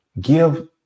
give